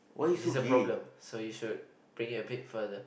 is this a problem so you should bring it a bit further